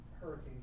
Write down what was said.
hurricane